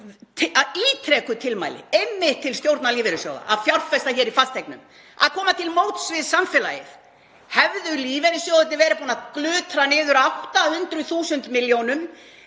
ítrekuð tilmæli einmitt til stjórna lífeyrissjóða um að fjárfesta hér í fasteignum, að koma til móts við samfélagið. Hefðu lífeyrissjóðirnir verið búnir að glutra niður 800.000 milljónum